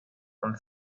und